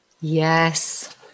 Yes